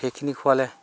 সেইখিনি খোৱালে